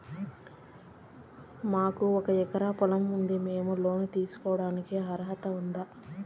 మాకు ఒక ఎకరా పొలం ఉంది మేము లోను తీసుకోడానికి అర్హత ఉందా